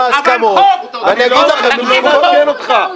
ההסכמות ואני אגיד לכם -- אני לא מעדכן אותך.